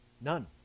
none